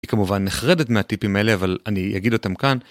היא כמובן נחרדת מהטיפים האלה אבל אני אגיד אותם כאן.